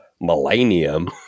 millennium